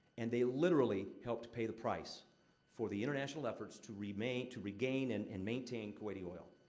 and they literally helped pay the price for the international efforts to regain to regain and and maintain kuwaiti oil.